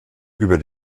über